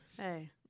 Hey